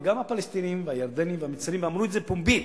וגם הפלסטינים והירדנים והמצרים אמרו את זה פומבית,